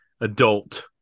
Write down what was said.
adult